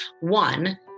one